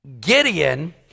Gideon